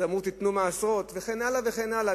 אז אמרו: תנו מעשרות וכן הלאה וכן הלאה,